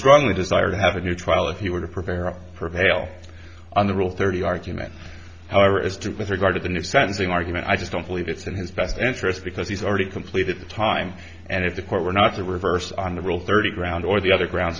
strongly desired to have a new trial if you were to prepare prevail on the rule thirty argument however is true with regard to the new sentencing argument i just don't believe it's in his best interest because he's already completed the time and if the court were not to reverse on the rule thirty ground or the other ground